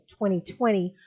2020